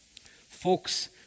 Folks